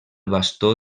bastó